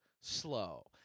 slow